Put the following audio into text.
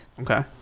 Okay